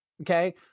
Okay